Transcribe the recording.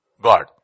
God